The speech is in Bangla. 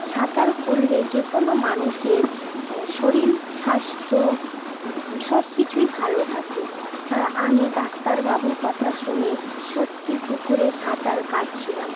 সাঁতার করলে যেকোনো মানুষের শরীর স্বাস্থ্য সবকিছুই ভালো থাকে তা আমি ডাক্তারবাবুর কথা শুনে সত্যি পুকুরে সাঁতার কাটছিলাম